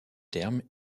terme